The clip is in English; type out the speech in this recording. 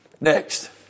Next